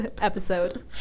episode